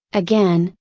again,